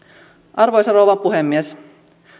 arvoisa rouva puhemies